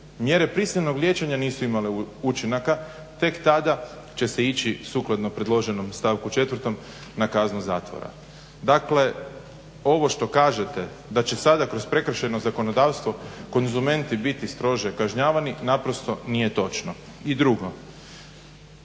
mjere prisilnog liječenja nisu imale učinaka tek tada će se ići sukladno predloženom stavku četvrtom na kaznu zatvora. Dakle, ovo što kažete da će sada kroz prekršajno zakonodavstvo konzumenti biti strože kažnjavani naprosto nije točno. I drugo.